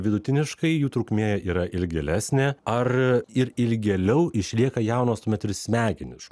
vidutiniškai jų trukmė yra ilgėlesnė ar ir ilgėliau išlieka jaunos tuomet ir smegenys